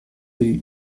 rue